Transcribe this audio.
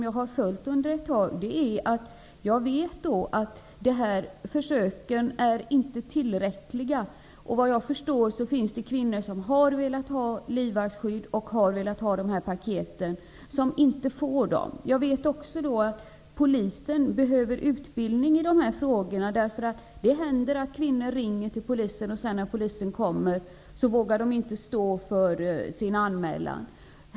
Jag har nu tagit upp den, eftersom jag vet att dessa försök inte är tillräckliga. Enligt vad jag förstår finns det kvinnor som har velat ha livvaktsskydd och dessa paket men som inte har fått det. Jag vet också att polisen behöver utbildning i dessa frågor. Det händer att kvinnor ringer till polisen, och när sedan polisen kommer vågar de inte stå för sin anmälan.